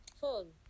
phone